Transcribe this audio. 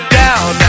down